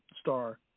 star